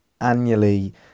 annually